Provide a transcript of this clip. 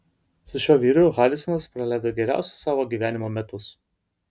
su šiuo vyru harisonas praleido geriausius savo gyvenimo metus